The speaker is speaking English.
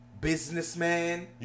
businessman